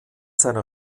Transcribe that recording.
seiner